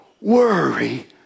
worry